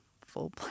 full